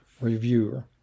reviewer